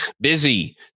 Busy